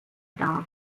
dar